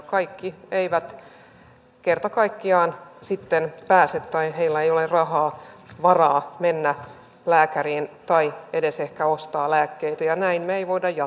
kaikki eivät kerta kaikkiaan sitten pääse tai heillä ei ole varaa mennä lääkäriin tai edes ehkä ostamaan lääkkeitä ja näin ei voida jatkaa